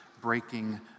breaking